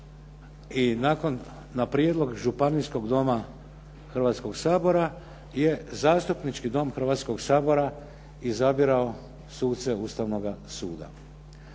i nakon na prijedlog Županijskog doma Hrvatskog sabora je zastupnički Dom Hrvatskog sabora izabirao suce Ustavnoga suda.